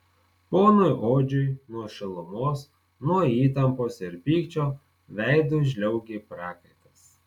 ponui odžiui nuo šilumos nuo įtampos ir pykčio veidu žliaugė prakaitas